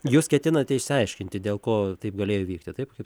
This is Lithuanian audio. jūs ketinate išsiaiškinti dėl ko taip galėjo įvykti taip kaip